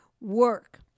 work